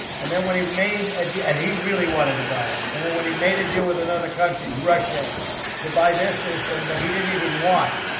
and then, when he made a and he really wanted to buy it. and then, when he made a deal with another country russia to buy their system that he didn't even want,